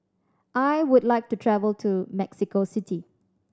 I would like to travel to Mexico City